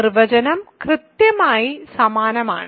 നിർവചനം കൃത്യമായി സമാനമാണ്